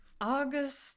August